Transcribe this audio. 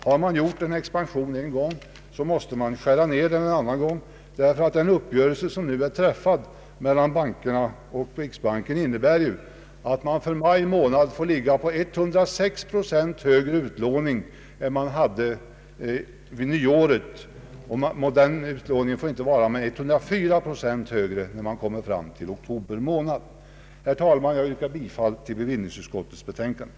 Har det en gång skett en expansion, måste den en annan gång skäras ner. Den uppgörelse som nu är träffad mellan bankerna och riksbanken innebär att man för maj månad får ligga på 106 procents högre utlåning än man gjorde vid nyåret och att denna utlåning inte får vara högre än 104 procent när vi kommer fram till oktober månad. Herr talman! Jag yrkar bifall till bevillningsutskottets förslag.